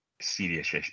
serious